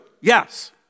Yes